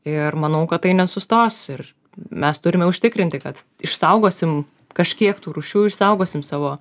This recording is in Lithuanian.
ir manau kad tai nesustos ir mes turime užtikrinti kad išsaugosim kažkiek tų rūšių išsaugosim savo